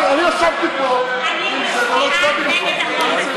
אני ישבתי פה, אני מצביעה נגד החוק הזה.